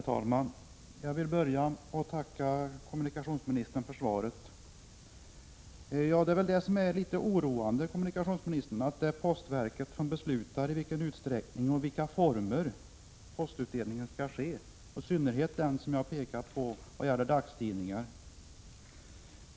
Herr talman! Jag vill börja med att tacka kommunikationsministern för svaret. Det är väl det som är litet oroande, kommunikationsministern — att det är postverket som beslutar i vilken utsträckning och i vilka former postutdelningen skall ske, och i synnerhet den som jag pekar på och som gäller dagstidningar.